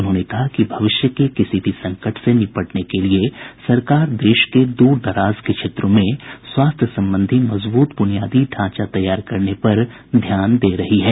उन्होंने कहा कि भविष्य के किसी भी संकट से निपटने के लिए सरकार देश के दूर दराज के क्षेत्रों में स्वास्थ्य संबंधी मजबूत ब्रनियादी ढांचा तैयार करने पर ध्यान दे रही है